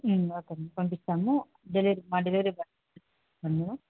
okay పంపిస్తాము delivery మా delivery బాయ్తో పంపిస్తాము